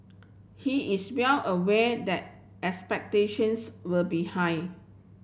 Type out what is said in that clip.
he is well aware that expectations will be high